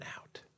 out